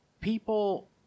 people